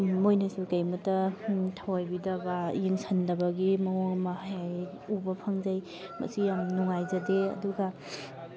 ꯃꯣꯏꯅꯁꯨ ꯀꯔꯤꯃꯇ ꯊꯧꯑꯣꯏꯕꯤꯗꯕ ꯌꯦꯡꯁꯟꯗꯕꯒꯤ ꯃꯑꯣꯡ ꯑꯃ ꯍꯦꯛ ꯍꯦꯛ ꯎꯕ ꯐꯪꯖꯩ ꯃꯁꯤ ꯌꯥꯝ ꯅꯨꯡꯉꯥꯏꯖꯗꯦ ꯑꯗꯨꯒ